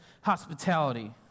hospitality